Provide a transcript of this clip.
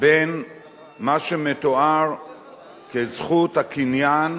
בין מה שמתואר כזכות הקניין,